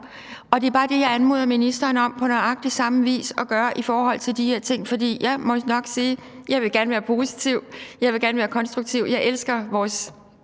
Det er bare det, jeg anmoder ministeren om på nøjagtig samme vis at gøre i forhold til de her ting. Jeg vil gerne være positiv, jeg vil gerne være konstruktiv, jeg elsker vores